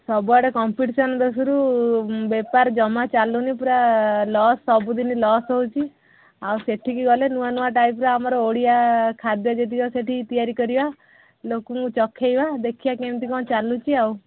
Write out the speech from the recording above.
ସବୁଆଡ଼େ କମ୍ପିଟିସନ ଦୋଶରୁ ବେପାର ଜମା ଚାଲୁନି ପୁରା ଲସ୍ ସବୁଦିନ ଲସ୍ ହେଉଛି ଆଉ ସେଠିକି ଗଲେ ନୂଆ ନୂଆ ଟାଇପ୍ର ଆମର ଓଡ଼ିଆ ଖାଦ୍ୟ ଯେତିକ ସେଠି ତିଆରି କରିବା ଲୋକଙ୍କୁ ଚଖେଇବା ଦେଖିବା କେମିତି କ'ଣ ଚାଲୁଛି ଆଉ